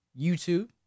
YouTube